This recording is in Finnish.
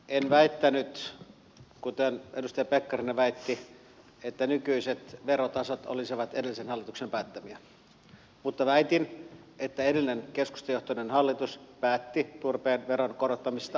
en väittänyt kuten edustaja pekkarinen väitti että nykyiset verotasot olisivat edellisen hallituksen päättämiä mutta väitin että edellinen keskustajohtoinen hallitus päätti turpeen veron korottamisesta asteittain